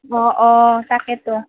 অঁ অঁ তাকেটো